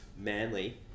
Manly